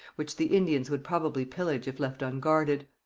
which the indians would probably pillage if left unguarded.